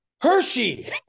Hershey